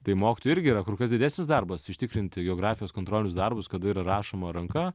tai mokytojui irgi yra kur kas didesnis darbas ižtikrinti geografijos kontrolinius darbus kada yra rašoma ranka